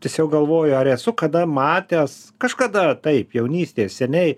tiesiog galvoju ar esu kada matęs kažkada taip jaunystėje seniai